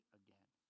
again